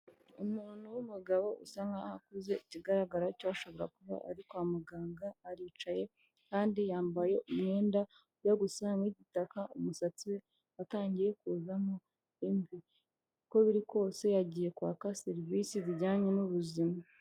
Umuntu w'umugabo usa nk'aho akuze, ikigaragara cyo ashobora kuba ari kwa muganga, aricaye kandi yambaye umwenda ujya gusa nk'igitaka umusatsi watangiye kuzamo imvi. Uko biri kose yagiye kwaka serivisi zijyanye n'ubuzima.